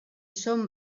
són